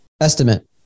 estimate